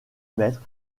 mètres